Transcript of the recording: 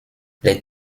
les